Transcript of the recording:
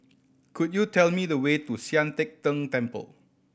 could you tell me the way to Sian Teck Tng Temple